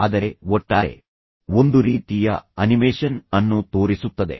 ಆದರೆ ಒಟ್ಟಾರೆ ಒಂದು ರೀತಿಯ ಅನಿಮೇಷನ್ ಅನ್ನು ತೋರಿಸುತ್ತದೆ